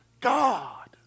God